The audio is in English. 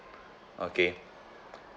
okay